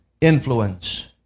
influence